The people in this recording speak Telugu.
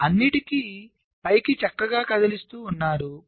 మీరు అన్నింటినీ పైకి చక్కగా కదిలిస్తూ ఉన్నారు